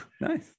Nice